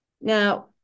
Now